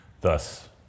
Thus